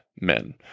men